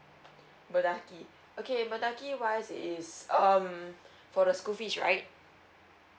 mendaki okay mendaki wise is um for the school fees right